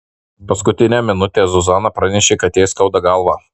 paskutinę minutę zuzana pranešė kad jai skauda galvą